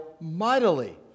mightily